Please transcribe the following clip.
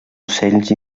ocells